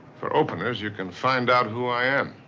for openers, you can find out who i am.